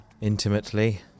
intimately